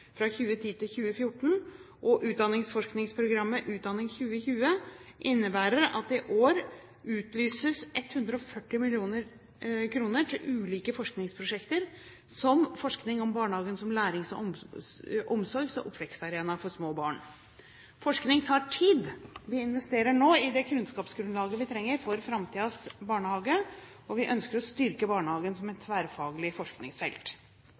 og utdanningsforskningsprogrammet Utdanning2020, innebærer at det i år utlyses 140 mill. kr til ulike forskningsprosjekter som forskning om barnehagen som lærings-, omsorgs-, og oppvekstarena for små barn. Forskning tar tid. Vi investerer nå i det kunnskapsgrunnlaget vi trenger for framtidens barnehage, og vi ønsker å styrke barnehagen som et tverrfaglig forskningsfelt.